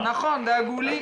כן, נכון, דאגו לי.